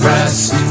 Rest